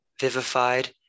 vivified